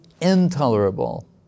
intolerable